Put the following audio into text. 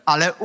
Ale